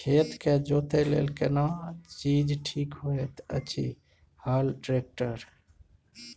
खेत के जोतय लेल केना चीज ठीक होयत अछि, हल, ट्रैक्टर?